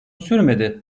sürmedi